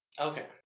Okay